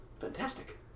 fantastic